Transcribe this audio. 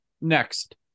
next